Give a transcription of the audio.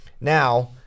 now